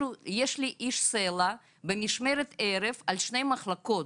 יש לי איש סל"ע במשמרת ערב על שתי מחלקות.